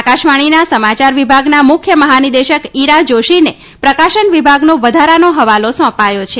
આકાશવાણીના સમાચાર વિભાગના મુખ્ય મહાનિદેશક ઇરા જાશીને પ્રકાશન વિભાગનો વધારાનો હવાલો સોંપાથો છે